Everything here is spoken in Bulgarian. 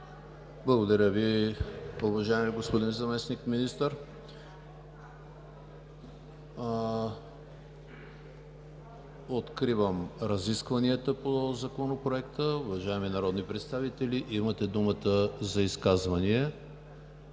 Благодаря Ви, уважаеми господин Заместник-министър. Откривам разискванията по Законопроекта. Уважаеми народни представители, имате думата за изказвания.